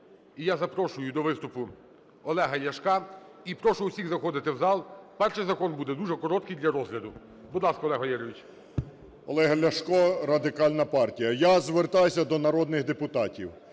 я запрошую до виступу Олега Ляшка. І прошу усіх заходити в зал. Перший закон буде дуже короткий для розгляду. Будь ласка, Олег Валерійович. 10:10:43 ЛЯШКО О.В. Олег Ляшко, Радикальна партія. Я звертаюся до народних депутатів.